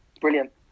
brilliant